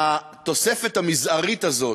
התוספת המזערית הזאת,